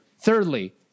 Thirdly